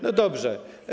No dobrze.